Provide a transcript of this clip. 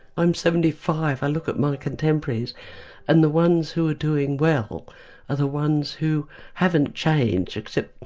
i'm seventy five, i look at my contemporaries and the ones who are doing well are the ones who haven't changed except,